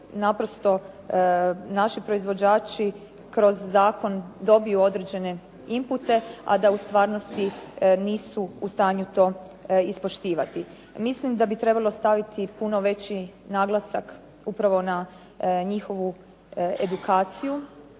naprosto naši proizvođači kroz zakon dobiju određene inpute a da u stvarnosti nisu u stanju to ispoštivati. Mislim da bi trebalo staviti puno veći naglasak upravo na njihovu edukaciju